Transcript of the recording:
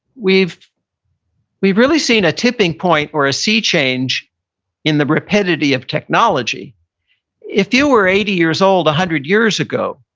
we've we've really seen a tipping point where a sea change in the rapidity of technology if you were eighty years old a hundred years ago,